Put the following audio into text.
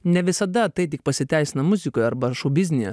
ne visada tai tik pasiteisina muzikoj arba šou biznyje